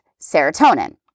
serotonin